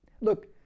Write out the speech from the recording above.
Look